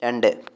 രണ്ട്